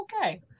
okay